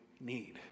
Need